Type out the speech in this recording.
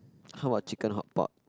how about chicken hotpot